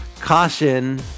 caution